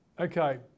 Okay